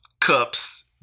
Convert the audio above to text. cups